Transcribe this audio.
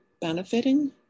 benefiting